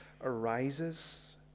arises